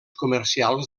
comercials